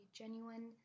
genuine